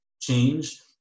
change